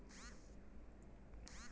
हरोथ बाँस मोट, निस्सन आ मजगुत होइत अछि